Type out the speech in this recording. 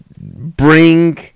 bring